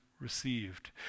received